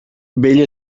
bell